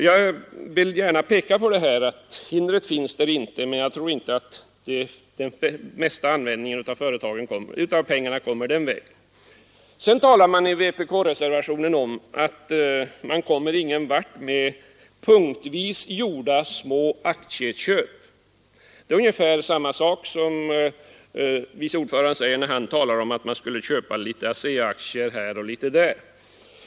Jag vill gärna peka på att det inte finns något hinder, men jag tror ändå inte att den bästa användningen av pengarna sker den vägen. Vidare talas det i vpk-reservationen om att man inte kommer någon vart med punktvis gjorda små aktieköp. Det är ungefär samma sak som utskottets vice ordförande säger när han talar om att man skulle köpa litet ASEA-aktier här och litet ASEA-aktier där.